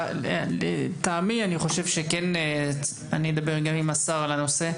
אני אדבר עם השר על הנושא.